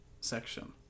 section